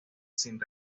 sin